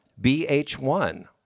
BH1